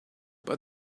but